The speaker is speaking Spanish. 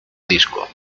disco